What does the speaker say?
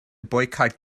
boycott